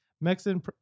Mexican